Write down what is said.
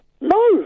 No